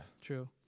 True